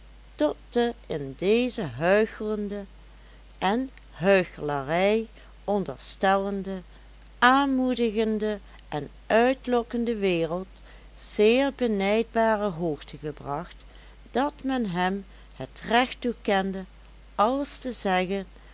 tot de in deze huichelende en huichelarij onderstellende aanmoedigende en uitlokkende wereld zeer benijdbare hoogte gebracht dat men hem het recht toekende alles te zeggen